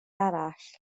arall